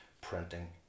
printing